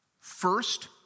First